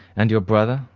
and your brother?